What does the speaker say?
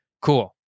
Cool